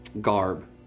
garb